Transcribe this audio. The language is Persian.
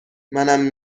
منم